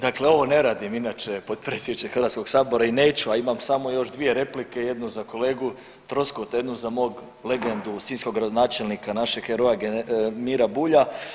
Dakle ovo ne radim inače potpredsjedniče Hrvatskog sabora i neću, a imam samo još dvije replike, jednu za kolegu Troskota, jednu za mog legendu sinjskog gradonačelnika našeg heroja Mira Bulja.